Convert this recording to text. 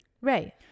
right